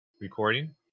recording